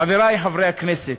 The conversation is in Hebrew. חברי חברי הכנסת,